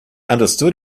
understood